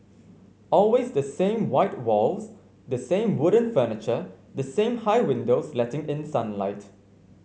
always the same white walls the same wooden furniture the same high windows letting in sunlight